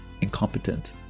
incompetent